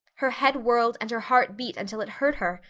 her head whirled and her heart beat until it hurt her.